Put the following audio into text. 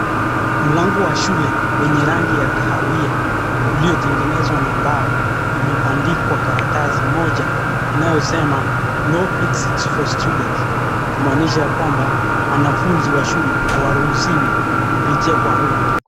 Mlango wa shule wenye rangi ya kahawia, uliotengenezwa na mbao, umebandikwa karatasi moja inayosema, [no exit for students] kumaanisha ya kwamba wanafunzi wa shule hawaruhusiwi kupitia kwa huu mlango.